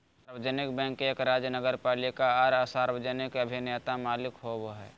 सार्वजनिक बैंक एक राज्य नगरपालिका आर सार्वजनिक अभिनेता मालिक होबो हइ